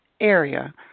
area